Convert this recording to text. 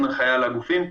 הנחייה לגופים,